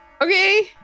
Okay